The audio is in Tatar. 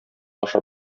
ашап